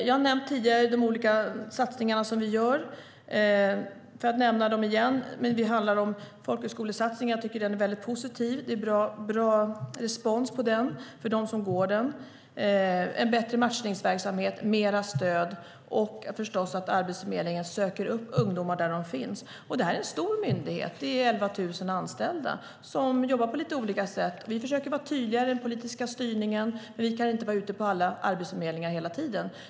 Jag har tidigare nämnt de olika satsningar som vi gör. Låt mig nämna dem igen. Det handlar om folkhögskolesatsningen. Jag tycker att den är mycket positiv. Det har varit bra respons på den från dem som går där. Det handlar också om en bättre matchningsverksamhet, mer stöd och att Arbetsförmedlingen söker upp ungdomar där de finns. Det här är en stor myndighet. Det är 11 000 anställda som jobbar på lite olika sätt. Vi försöker att vara tydliga i den politiska styrningen, men vi kan inte vara ute på alla arbetsförmedlingar hela tiden.